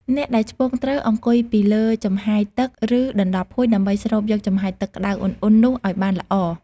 អ្នកដែលឆ្ពង់ត្រូវ អង្គុយពីលើចំហាយទឹក ឬដណ្ដប់ភួយ ដើម្បីស្រូបយកចំហាយទឹកក្តៅឧណ្ឌៗនោះឲ្យបានល្អ។